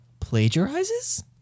plagiarizes